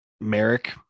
merrick